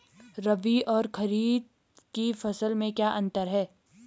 रबी और खरीफ की फसल में क्या अंतर है?